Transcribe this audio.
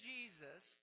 Jesus